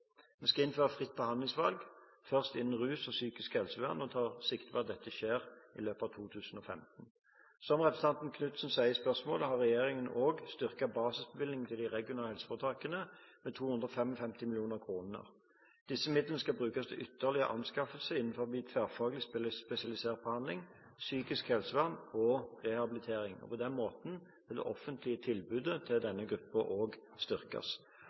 Vi skal innføre fritt behandlingsvalg – først innen rus og psykisk helsevern. Vi tar sikte på at dette skjer i løpet av 2015. Som representanten Knutsen sier i spørsmålet, har regjeringen òg styrket basisbevilgningene til de regionale helseforetakene med 255 mill. kr. Disse midlene skal brukes til ytterligere anskaffelser innen tverrfaglig spesialisert behandling, psykisk helsevern og rehabilitering, og på den måten vil det offentlige tilbudet til denne gruppen òg styrkes.